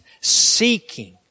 seeking